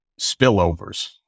spillovers